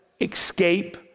escape